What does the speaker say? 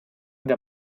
dai